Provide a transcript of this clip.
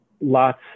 lots